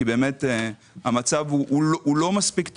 כי המצב הוא לא מספיק טוב.